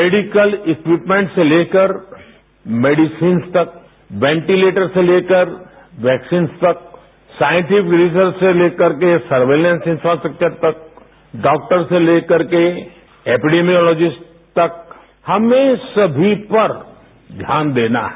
medical equipment से लेकर medicines तक वेंटीलेटर से लेकर वैक्सीन्स तक साइंटिफिक रीजन से लेकर के सर्विलेंस इनफ्रास्ट्रक्चर तक डॉक्टर से लेकर करके एपिडिमीयोलॉजिस्ट तक हमें सभी पर ध्यान देना है